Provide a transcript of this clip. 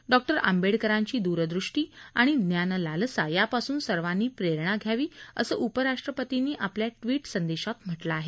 डॉ आंबेडकरांची द्रदृष्टी आणि ज्ञानलालसा यापासून सर्वांनी प्रेरणा घ्यावी असं उपराष्ट्रपर्तींनी आपल्या ट्विट संदेशात म्हटलं आहे